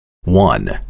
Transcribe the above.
One